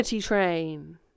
Train